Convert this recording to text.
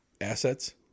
assets